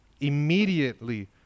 Immediately